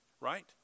right